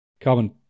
Common